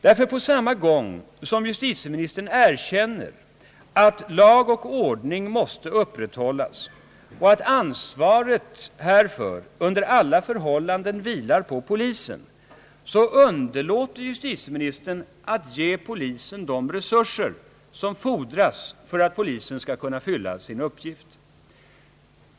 Ty på samma gång som justitieministern erkänner att lag och ordning måste upprätthållas och att ansvaret härför under alla förhållanden vilar på polisen, underlåter han nämligen att ge polisen de resurser som fordras för att den skall kunna fylla sin uppgift.